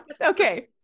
Okay